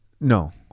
no